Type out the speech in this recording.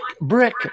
brick